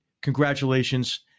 congratulations